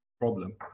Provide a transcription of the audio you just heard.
problem